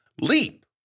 leap